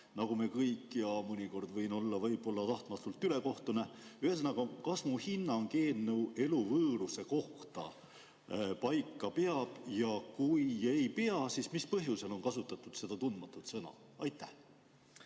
nagu me kõik ja mõnikord võin olla võib-olla ka tahtmatult ülekohtune. Ühesõnaga, kas mu hinnang eelnõu eluvõõruse kohta peab paika ja kui ei pea, siis mis põhjusel on kasutatud seda tundmatut sõna? Aitäh